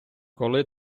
коли